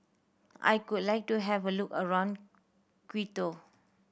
I would like to have a look around Quito